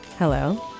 Hello